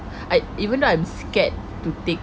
I even though I'm scared to take